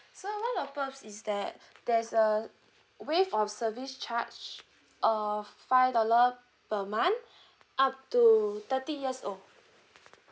so one of our perks is that there's a waive of service charge of five dollar per month up to thirty years old